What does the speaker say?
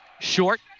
Short